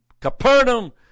Capernaum